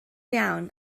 iawn